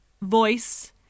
voice